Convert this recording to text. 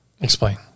Explain